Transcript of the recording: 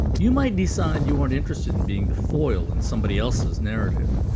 you might decide you aren't interested in being the foil in somebody else's narrative.